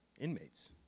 inmates